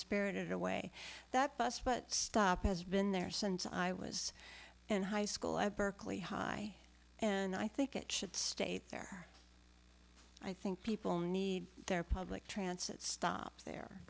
spirited away that bus but stop has been there since i was in high school at berkeley high and i think it should stay there i think people need their public transit stop there